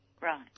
Right